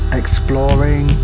exploring